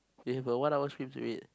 we have a one hour script to read